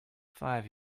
five